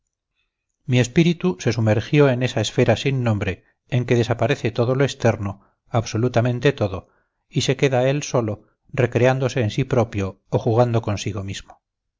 mi espíritu se sumergió en esa esfera sin nombre en que desaparece todo lo externo absolutamente todo y se queda él solo recreándose en sí propio o jugando consigo mismo